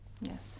Yes